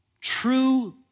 true